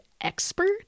expert